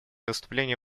выступления